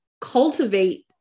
Cultivate